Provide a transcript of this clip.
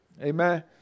Amen